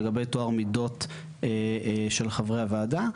לגבי טוהר מידות של חברי הוועדה.